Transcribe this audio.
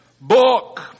book